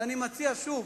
ואני מציע שוב,